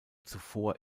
zuvor